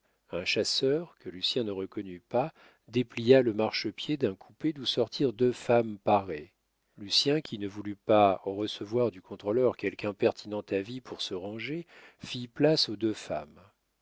un chasseur que lucien ne reconnut pas déplia le marchepied d'un coupé d'où sortirent deux femmes parées lucien qui ne voulut pas recevoir du contrôleur quelque impertinent avis pour se ranger fit place aux deux femmes